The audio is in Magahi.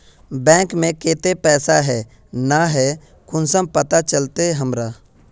बैंक में केते पैसा है ना है कुंसम पता चलते हमरा?